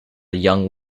young